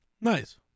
Nice